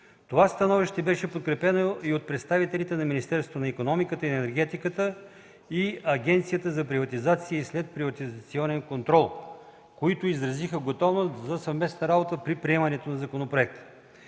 Това становище беше подкрепено и от представителите на Министерството на икономиката и енергетиката и Агенцията за приватизация и следприватизационен контрол, които изразиха готовност за съвместна работа при приемането на законопроекта.